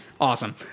Awesome